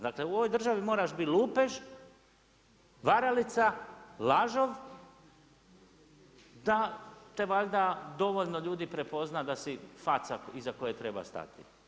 Dakle u ovoj državi moraš biti lupež, varalica, lažov da te valjda dovoljno ljudi prepozna da si faca iza koje treba stati.